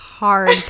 Hard